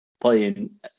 Playing